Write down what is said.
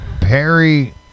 Perry